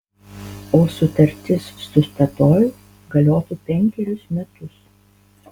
o sutartis su statoil galiotų penkerius metus